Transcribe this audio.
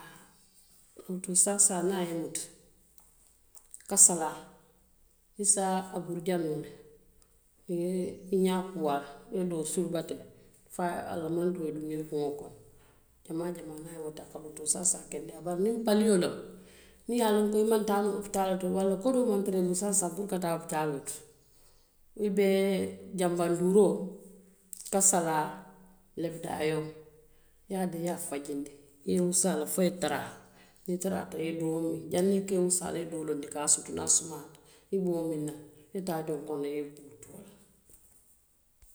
Lootoo saasaa niŋ a ye i muta, kasalaa i se a buruja noo le, i ye i ñaa kuu a la, i ye doo suruba teŋ jamaa jamaa fo a la mantoo ye duŋ i kuŋo kono jamaa jamaa niŋ a lootoo saasaa kendeyaa le bari palio loŋ, miŋ ye a loŋ i maŋ taa noo opitaaloo to, walla kodoo maŋ tara i bulu saayiŋ saayiŋ puru opitaaloo to i be janbanduuroo, kasalaa, lebedaayoo i ye a taa i ye a fajindi i ye i wusuu a la fo i ye taraa niŋ i taraata i ye doo miŋ janniŋ i ka wusuu a la i ye doo loondi kaasoo to. a ye sumuyaa i be wo miŋ na le, i ye taa jonkoŋo la i ye i kuu too la.